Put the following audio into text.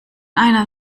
einer